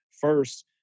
first